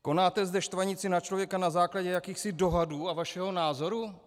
Konáte zde štvanici na člověka na základě jakýchsi dohadů a vašeho názoru?